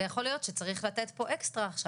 יכול להיות שכן האוצר יקצה לזה.